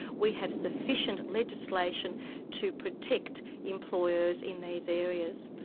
we have sufficient legislation to protect employers in these areas.